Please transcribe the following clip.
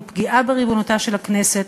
הוא פגיעה בריבונותה של הכנסת,